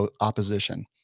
opposition